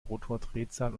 rotordrehzahl